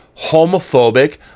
homophobic